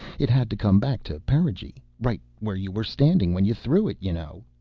it had to come back to perigee. right where you were standing when you threw it, you know.